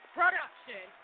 production